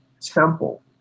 temple